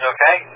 Okay